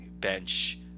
bench